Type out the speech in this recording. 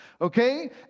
okay